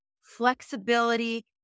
flexibility